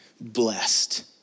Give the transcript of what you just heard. blessed